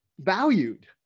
valued